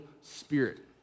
spirit